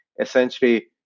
essentially